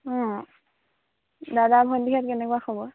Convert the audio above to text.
অঁ দাদা ভণ্টীহঁত কেনেকুৱা খবৰ